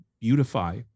beautify